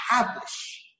establish